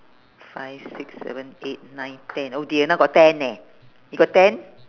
five six seven eight nine ten oh dear now got ten eh you got ten